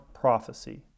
prophecy